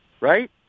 right